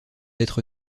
être